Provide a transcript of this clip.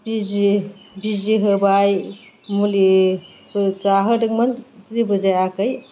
बिजि होबाय मुलिबो जाहोदोंमोन जेबो जायाखै